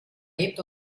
hebt